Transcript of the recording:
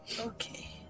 Okay